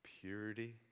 purity